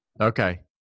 okay